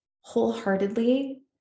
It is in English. wholeheartedly